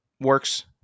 works